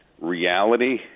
reality